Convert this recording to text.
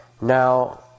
Now